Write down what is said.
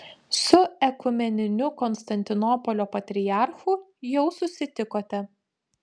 su ekumeniniu konstantinopolio patriarchu jau susitikote